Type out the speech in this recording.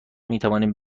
میتوانیم